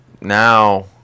now